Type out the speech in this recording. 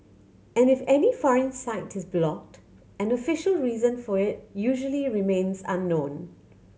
and if any foreign site is blocked and official reason for it usually remains unknown